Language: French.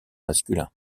masculin